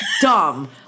dumb